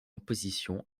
opposition